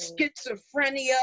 schizophrenia